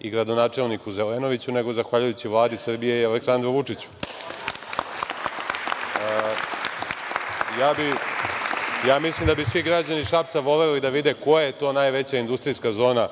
i gradonačelniku Zelenoviću, već zahvaljujući Vladi Srbije i Aleksandru Vučiću. Ja mislim da bi svi građani Šapca voleli da vide koja je to najveća industrijska zona